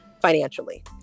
financially